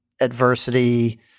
adversity